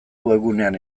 webgunean